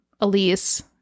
Elise